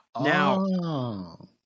Now